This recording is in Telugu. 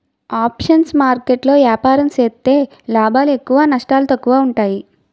ఆప్షన్స్ మార్కెట్ లో ఏపారం సేత్తే లాభాలు ఎక్కువ నష్టాలు తక్కువ ఉంటాయి